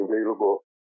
available